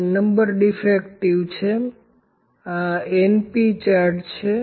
આ number defective છે આ np ચાર્ટ છે